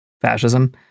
fascism